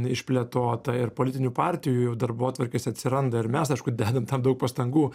išplėtota ir politinių partijų darbotvarkėse atsiranda ir mes aišku dedam tam daug pastangų